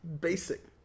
basic